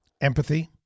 Empathy